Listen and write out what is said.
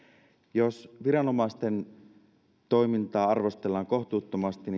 jos viranomaisten toimintaa arvostellaan kohtuuttomasti